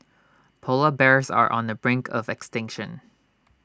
Polar Bears are on the brink of extinction